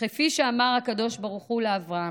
וכפי שאמר הקדוש ברוך הוא לאברהם,